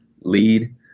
lead